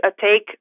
take